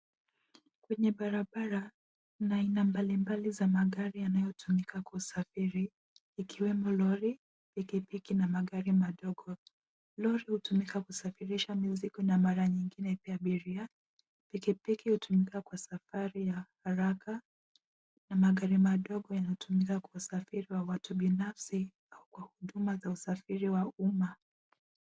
Kwenye barabara kuna aina mbali mbali za magari yanayotumika kusafiri, ikiwemo lori, pikipiki na magari madogo. Lori hutumika kusafirisha mizigo na mara nyingine pia abiria. Pikipiki hutumika kwa safari ya haraka na magari madogo yanatumika kwa usafiri wa watu binafsi au kwa huduma za usafiri wa umma.